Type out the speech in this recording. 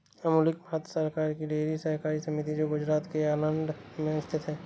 अमूल एक भारतीय सरकार की डेयरी सहकारी समिति है जो गुजरात के आणंद में स्थित है